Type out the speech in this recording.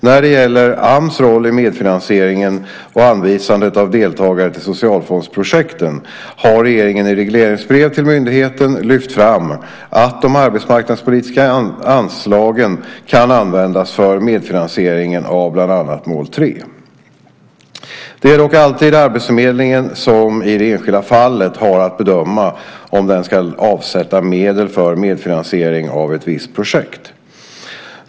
När det gäller Ams roll i medfinansieringen, och anvisandet av deltagare till socialfondsprojekten, har regeringen i regleringsbrev till myndigheten lyft fram att de arbetsmarknadspolitiska anslagen kan användas för medfinansiering av bland annat mål 3. Det är dock alltid arbetsförmedlingen som i det enskilda fallet har att bedöma om den ska avsätta medel för medfinansiering av ett visst projekt.